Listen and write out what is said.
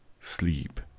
sleep